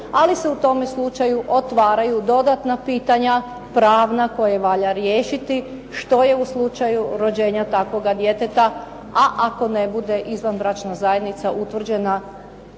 ali se u tome slučaju otvaraju dodatna pitanja pravna koja valja riješiti što je u slučaju rođenja takvoga djeteta, a ako ne bude izvanbračna zajednica utvrđena